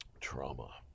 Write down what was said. trauma